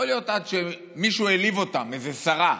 יכול להיות עד שמישהו העליב אותם, איזו שרה.